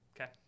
Okay